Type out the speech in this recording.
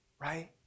right